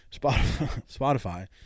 Spotify